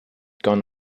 gone